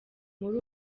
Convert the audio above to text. muri